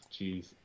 jeez